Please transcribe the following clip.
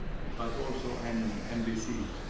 but also and nbc.